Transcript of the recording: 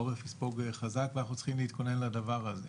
העורף יספוג חזק, ואנחנו צריכים להתכונן לדבר הזה.